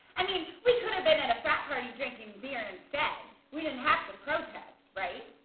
i mean, we could have been at a frat party drinking beer instead, we didn't have to protest, right?